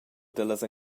dallas